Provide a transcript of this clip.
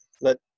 let